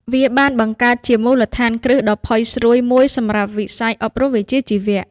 វាបានបង្កើតបានជាមូលដ្ឋានគ្រឹះដ៏ផុយស្រួយមួយសម្រាប់វិស័យអប់រំវិជ្ជាជីវៈ។